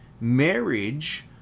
Marriage